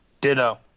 Ditto